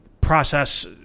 process